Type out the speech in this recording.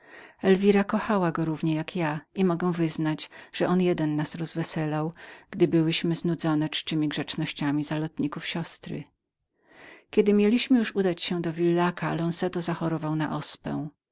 elwira kochała go równie jak własna matka i mogę wyznać że on nas tylko rozweselał gdy byłyśmy znudzone ckliwemi oświadczeniami jakie wyprawiano pod naszemi oknami zaledwie postanowiliśmy udać się do villaca gdy lonzeto zachorował na